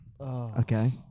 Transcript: okay